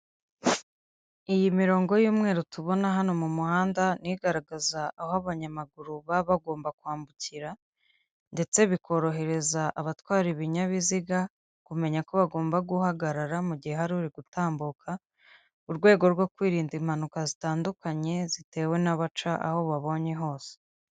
Iyi mirongo y'umweru tubona hano mu muhanda, ni igaragaza aho abanyamaguru baba bagomba kwambukira ndetse bikorohereza abatwara ibinyabiziga, kumenya ko bagomba guhagarara mu gihe hari uri gutambuka, urwego rwo kwirinda impanuka zitandukanye zitewe n'abaca aho babonye hose.